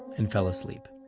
and fell asleep